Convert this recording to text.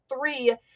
three